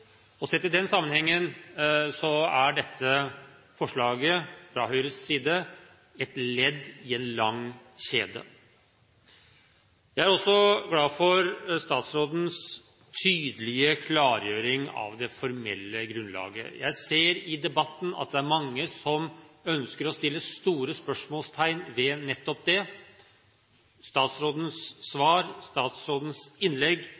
Sett i denne sammenheng er dette forslaget fra Høyres side et ledd i en lang kjede. Jeg er også glad for statsrådens tydelige klargjøring av det formelle grunnlaget. Jeg hører i debatten at det er mange som ønsker å sette store spørsmålstegn ved nettopp det. Statsrådens svar – statsrådens innlegg